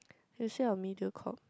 facing or media call